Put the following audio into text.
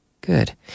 Good